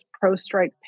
pro-strike